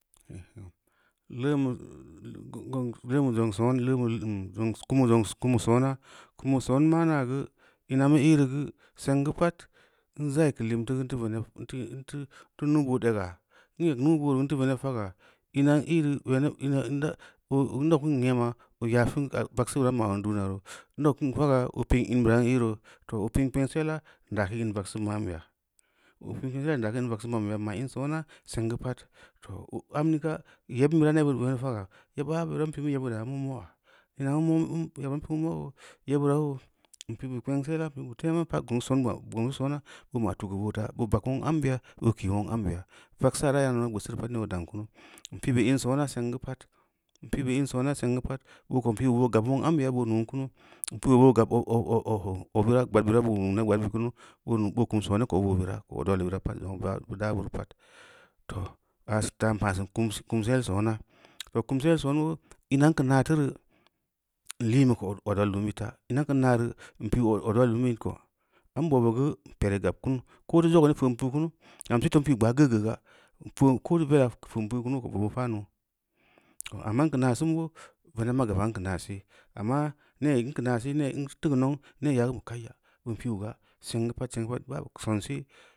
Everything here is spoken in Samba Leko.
Lun beu, leun beu zong, kum beu sona, kum beu son maana geu ina mu i’ veu geu seng geu pad n za’i geu limteu geu n teu, veneb, n teu nuu-bood ega, n eg nuu-bood reu n teu veneb faga, ina n ī re n dau kin nyama oo yafin vagseu bira n ma’ zong duniya roo, n daa kin faga oo pi’ in bira n ī roo, too oo pi n kpensila n daa kin in vagseu ma’n beya, oo pi’ n kpengsela n daa kin in vagseu mann beya n ma’ in soona seng geu pad too am ni ga yebm bira nel boo areun faga, yeba bira n pi’ mu yebbid da moya ina mu mo’ yeba n pi’ miyoo, yebira, n pi bu kpengsila, a pi’ bu tena, n pa gongs zong soona boo ma’ tu geu boo ta, boo bag muong anube ya, boo ki nueng ambeya, vagsa yagana gbeuseu reu bad ni no dang kin, n pi bu in soona song geu pad, n pi bu in soona seng geu pad, boo ko n pi bu boo gerb nuong arubeya boo nuu kunu, n pi’ bu boo ob ob obbira, gbadbira boo nuu neb gbad bid kunu, boo nun boo kum sooni obo bira, zongna bu daa bureu pad too aa ta ma’ sin kumsel soona, bob kumsal soon boo ina’n keu naa ti reu, n lii keu odual bem bid da ina n keu naa re, n pi’ odulal bem bid ko, n bobi geu ped i gab kumu, koo teu zogu ni feu’n pii kunu gam sebeb n pi’u gbaa geugeu ga, n pi’u ko reu vela feu’n pi’u kunu oo ko bob oo paa nou, amma n keu naa su, amma nee yai geu kaiya bin pi’u ga, seng geu pad, seng geu pad sense.